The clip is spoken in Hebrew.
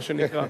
מה שנקרא.